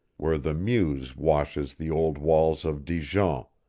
where the meuse washes the old walls of dijon,